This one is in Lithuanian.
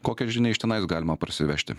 kokią žinią iš tenais galima parsivežti